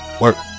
work